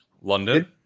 London